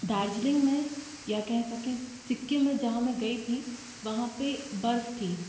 दार्जिलिंग में या कह सकें सिक्किम में जहाँ में गई थी वहाँ पे बर्फ थी